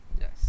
Yes